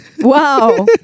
Wow